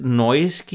noise